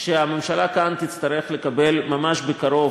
שהממשלה תצטרך כאן לקבל ממש בקרוב,